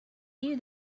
you